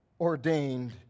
ordained